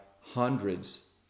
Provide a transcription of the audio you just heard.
hundreds